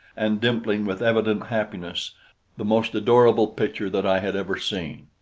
and dimpling with evident happiness the most adorable picture that i had ever seen.